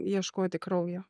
ieškoti kraujo